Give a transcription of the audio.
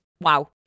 wow